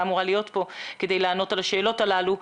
אמורה להיות כאן ממשרד הבריאות כדי לענות על השאלות הללו.